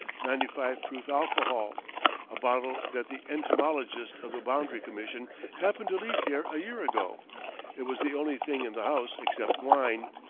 ninety five proof alcohol a bottle that the entomologist of the boundary commission happened to leave here a year ago it was the only thing in the house except wine.